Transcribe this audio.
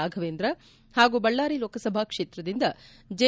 ರಾಘವೇಂದ್ರ ಹಾಗೂ ಬಳ್ಳಾರಿ ಲೋಕಸಭಾ ಕ್ಷೇತ್ರದಿಂದ ಜೆ